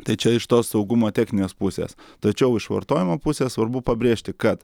tai čia iš tos saugumo techninės pusės tačiau iš vartojimo pusės svarbu pabrėžti kad